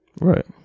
Right